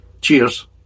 cheers